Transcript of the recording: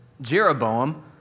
Jeroboam